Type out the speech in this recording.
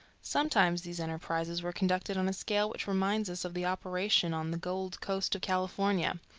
sometimes these enterprises were conducted on a scale which reminds us of the operations on the gold coast of california.